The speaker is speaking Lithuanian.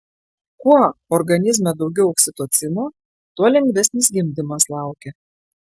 kuo organizme daugiau oksitocino tuo lengvesnis gimdymas laukia